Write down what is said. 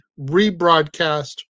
rebroadcast